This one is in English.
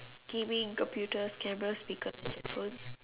t_v computers camera speakers and headphone